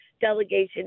delegation